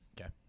Okay